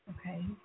Okay